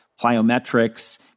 plyometrics